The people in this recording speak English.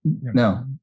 no